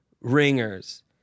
ringers